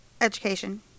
Education